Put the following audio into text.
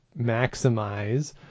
maximize